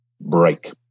break